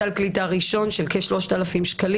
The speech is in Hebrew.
סל קליטה ראשון של כ-3,000 ₪.